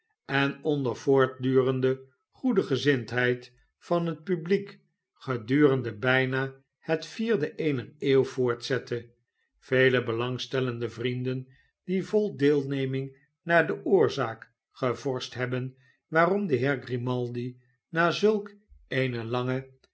en onder voortdurende goede gezindheid van het publiek gedurende bijna het vierde eener eeuw voortzette vele belangstellende vrienden die vol deelneming naar de oorzaak gevorscht hebben waarom de heer grimaldi na zulk eene lange